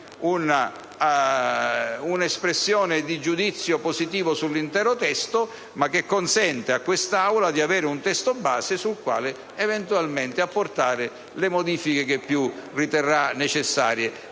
un'espressione di giudizio positivo sull'intero testo, ma consente a quest'Aula di avere un testo base sul quale eventualmente apportare le modifiche che si riterranno necessarie.